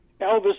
Elvis